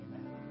Amen